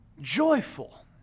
joyful